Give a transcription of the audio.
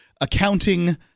accounting